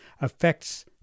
affects